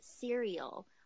cereal